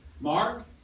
Mark